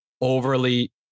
overly